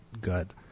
good